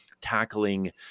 tackling